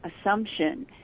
assumption